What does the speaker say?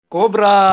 Cobra